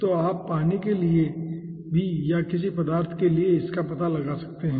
तो आप पानी के लिए भी या किसी पदार्थ के लिए इसका पता लगा सकते हैं